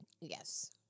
Yes